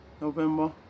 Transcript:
November